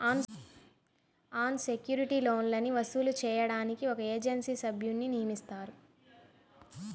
అన్ secured లోన్లని వసూలు చేయడానికి ఒక ఏజెన్సీ సభ్యున్ని నియమిస్తారు